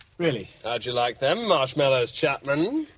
really? how'd you like them marshmallows, chapman?